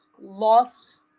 lost